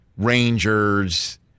rangers